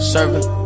Serving